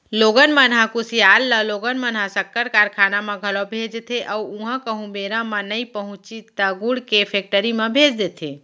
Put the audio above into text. लोगन मन ह कुसियार ल लोगन मन ह सक्कर कारखाना म घलौ भेजथे अउ उहॉं कहूँ बेरा म नइ पहुँचिस त गुड़ के फेक्टरी म भेज देथे